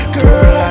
girl